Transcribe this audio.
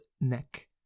neck